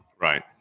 right